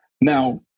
Now